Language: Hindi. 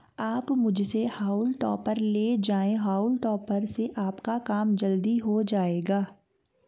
आप मुझसे हॉउल टॉपर ले जाएं हाउल टॉपर से आपका काम जल्दी हो जाएगा